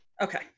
Okay